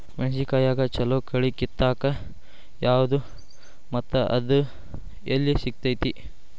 ಮೆಣಸಿನಕಾಯಿಗ ಛಲೋ ಕಳಿ ಕಿತ್ತಾಕ್ ಯಾವ್ದು ಮತ್ತ ಅದ ಎಲ್ಲಿ ಸಿಗ್ತೆತಿ?